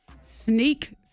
sneak